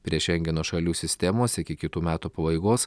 prie šengeno šalių sistemos iki kitų metų pabaigos